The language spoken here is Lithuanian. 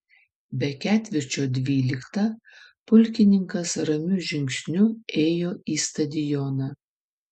be ketvirčio dvyliktą pulkininkas ramiu žingsniu ėjo į stadioną